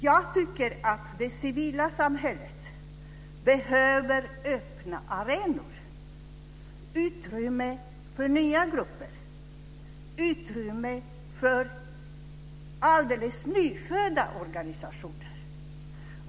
Jag tycker att det civila samhället behöver öppna arenor, utrymme för nya grupper, utrymme för alldeles nyfödda organisationer.